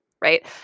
right